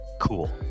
cool